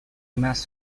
mass